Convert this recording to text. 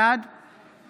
בעד